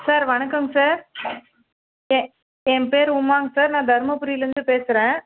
sir வணக்கம் sir எ என் பேரு உமாங்க சார் நான் தருமபுரியிலருந்து பேசுகிறேன்